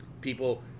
People